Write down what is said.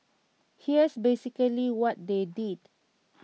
here's basically what they did